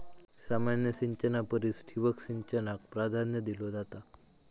सामान्य सिंचना परिस ठिबक सिंचनाक प्राधान्य दिलो जाता